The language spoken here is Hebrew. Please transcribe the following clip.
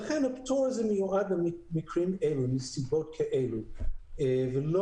לכן הפטור הזה מיועד למקרים אלה מסיבות כאלה ולא